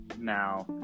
now